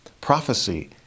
prophecy